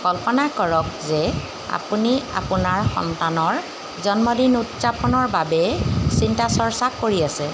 কল্পনা কৰক যে আপুনি আপোনাৰ সন্তানৰ জন্মদিন উদযাপনৰ বাবে চিন্তা চৰ্চা কৰি আছে